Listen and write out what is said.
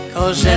Cause